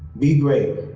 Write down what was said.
be great,